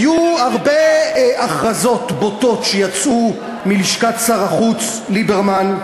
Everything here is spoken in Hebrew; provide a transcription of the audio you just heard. היו הרבה הכרזות בוטות שיצאו מלשכת שר החוץ ליברמן,